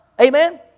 Amen